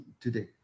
today